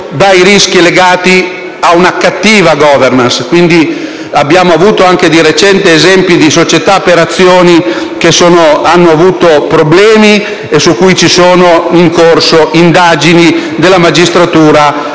dai rischi legati a una cattiva *governance*. Abbiamo avuto anche di recente l'esempio di società per azioni che hanno avuto problemi e su cui sono in corso indagini della magistratura, alcune